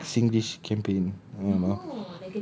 birthdate singlish campaign ah lah